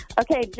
Okay